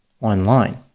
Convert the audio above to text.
online